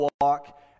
walk